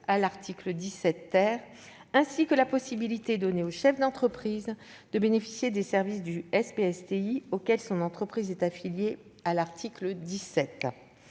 à l'article 17 la possibilité donnée au chef d'entreprise de bénéficier des services du SPSTI auquel son entreprise est affiliée, à l'article 17.